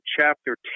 chapter